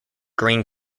green